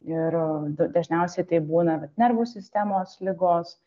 ir dažniausiai tai būna vat nervų sistemos ligos